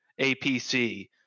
APC